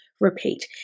repeat